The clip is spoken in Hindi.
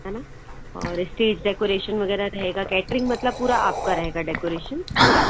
है ना और इस्टेज डेकोरेशन वगैरह रहेगा कैटरिंग मतलब पूरा आपका रहेगा डेकोरेशन पूरा